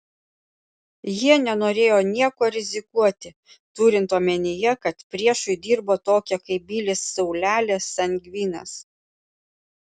jie nenorėjo niekuo rizikuoti turint omenyje kad priešui dirbo tokie kaip bilis saulelė sangvinas